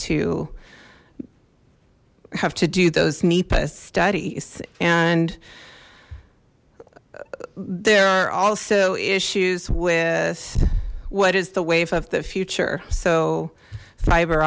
to have to do those nepa studies and there are also issues with what is the wave of the future so fiber